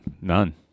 None